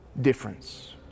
difference